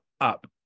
up